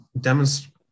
demonstrate